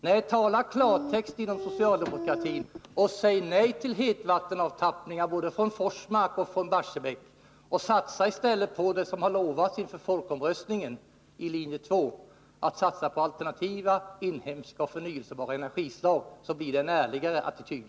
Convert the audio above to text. Nej, tala klartext inom socialdemokratin och säg nej till hetvattenavtappningar från både Forsmark och Barsebäck och satsa i stället på det som linje 2 lovade inför folkomröstningen, nämligen alternativa, inhemska, förnybara energislag. Då blir det en ärligare attityd.